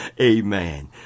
Amen